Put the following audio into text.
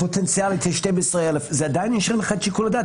הפוטנציאלי הוא 12,000 זה עדין ישאיר לך את שיקול הדעת,